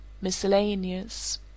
Miscellaneous